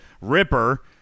Ripper